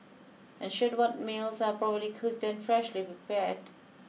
ensure what meals are properly cooked and freshly prepared